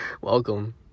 Welcome